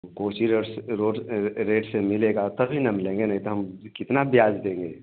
हमको उसी रेट से रोट रेट से मिलेगा तभी न हम लेंगे नहीं तो हम कितना ब्याज देंगे